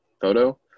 photo